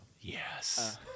Yes